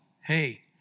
hey